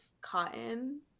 cotton